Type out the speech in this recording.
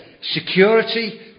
security